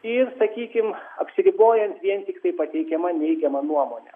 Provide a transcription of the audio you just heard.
ir sakykim apsiribojant vien tiktai pateikiama neigiama nuomone